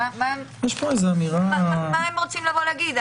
מה אם רוצים לבוא ולהגיד?